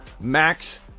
Max